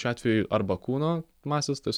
šiuo atveju arba kūno masės tas